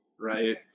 Right